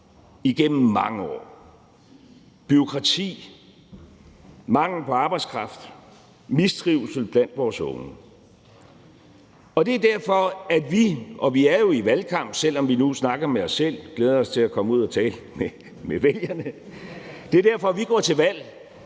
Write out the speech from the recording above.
igennem mange år: bureaukrati, mangel på arbejdskraft, mistrivsel blandt vores unge. Det er derfor, at vi, og vi er jo i en valgkamp, selv om vi nu snakker med os selv – vi glæder os til at komme ud og tale med vælgerne – går til valg